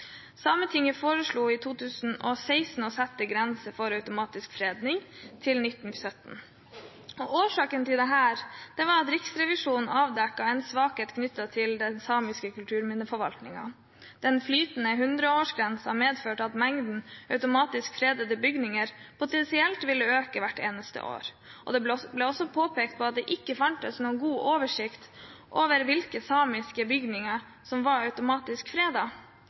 foreslo i 2016 å sette grensen for automatisk fredning til 1917. Årsaken til dette var at Riksrevisjonen avdekket en svakhet knyttet til den samiske kulturminneforvaltningen: Den flytende 100-årsgrensen medfører at antallet automatisk fredede bygninger potensielt vil øke hvert eneste år. Det ble også påpekt at det ikke fantes noen god oversikt over hvilke samiske bygninger som automatisk var fredet. I tillegg avdekket Riksrevisjonen at forvaltningen manglet oversikt over hvilke samiske bygninger som i framtiden ville bli automatisk